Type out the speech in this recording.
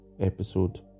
episode